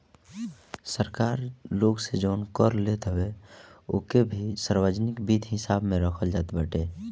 सरकार लोग से जवन कर लेत हवे उ के भी सार्वजनिक वित्त हिसाब में रखल जात बाटे